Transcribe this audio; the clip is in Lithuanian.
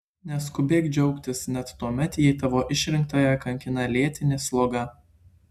neskubėk džiaugtis net tuomet jei tavo išrinktąją kankina lėtinė sloga